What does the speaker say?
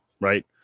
right